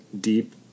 deep